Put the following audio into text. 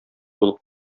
булып